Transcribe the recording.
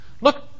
Look